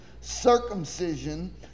circumcision